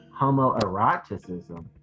homoeroticism